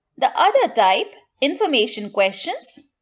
the other type information questions,